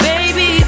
Baby